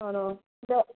ആണോ